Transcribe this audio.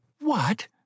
What